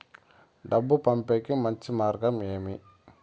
డబ్బు పంపేకి మంచి మార్గం ఏమి